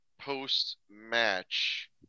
Post-match